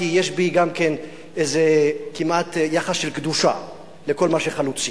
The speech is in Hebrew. כי יש בי גם כמעט יחס של קדושה לכל מה שחלוצי.